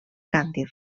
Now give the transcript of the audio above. càntir